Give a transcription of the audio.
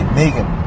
megan